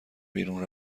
بیرون